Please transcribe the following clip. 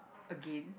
again